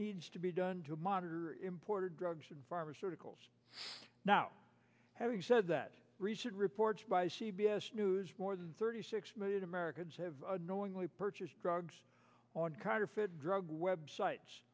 needs to be done to monitor imported drugs and pharmaceuticals now having said that recent reports by c b s news more than thirty six million americans have knowingly purchased drugs on kind of fed drug web sites